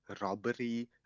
robbery